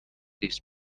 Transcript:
these